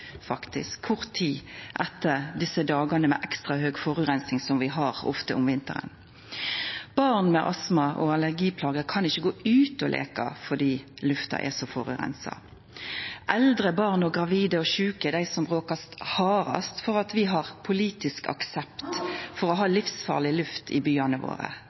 kort tid etter desse dagane med ekstra høg forureining som vi har ofte om vinteren. Barn med astma- og allergiplager kan ikkje gå ut og leika fordi lufta er så forureina. Eldre, barn, gravide og sjuke er dei som blir råka hardast av at vi har politisk aksept for å ha livsfarleg luft i byane våre.